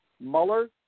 Mueller